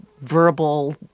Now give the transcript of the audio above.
verbal